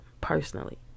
personally